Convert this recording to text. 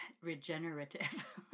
regenerative